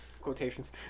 quotations